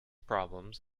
problems